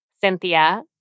Cynthia